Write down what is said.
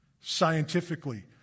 Scientifically